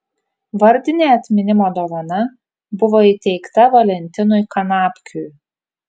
vardinė atminimo dovana buvo įteikta valentinui kanapkiui